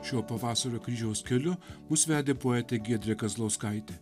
šio pavasario kryžiaus keliu mus vedė poetė giedrė kazlauskaitė